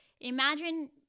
imagine